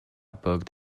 booked